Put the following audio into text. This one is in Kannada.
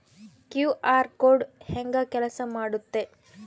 ಕ್ಯೂ.ಆರ್ ಕೋಡ್ ಹೆಂಗ ಕೆಲಸ ಮಾಡುತ್ತೆ?